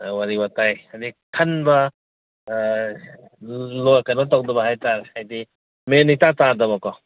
ꯋꯥꯔꯤ ꯋꯇꯥꯏ ꯍꯥꯏꯗꯤ ꯈꯟꯕ ꯀꯩꯅꯣ ꯇꯧꯗꯕ ꯍꯥꯏꯇꯥꯔꯦ ꯍꯥꯏꯗꯤ ꯃꯦꯟ ꯏꯇꯥ ꯇꯥꯗꯕꯀꯣ